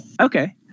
Okay